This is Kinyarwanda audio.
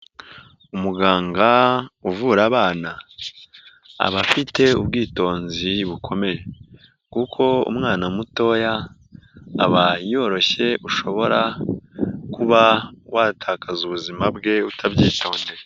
Umuganga uvura abana, aba afite ubwitonzi bukomeye kuko umwana mutoya aba yoroshye, ushobora kuba watakaza ubuzima bwe utabyitondeye.